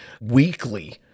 weekly